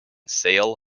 sail